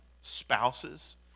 spouses